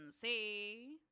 see